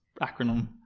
acronym